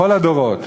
בכל הדורות,